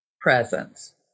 presence